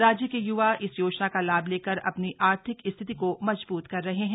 राज्य के य्वा इस योजना का लाभ लेकर अ नी आर्थिक स्थिति को मजबूत कर रहे हैं